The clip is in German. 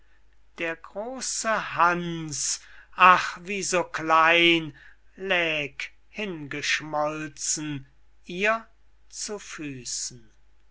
der große hans ach wie so klein läg hingeschmolzen ihr zu füßen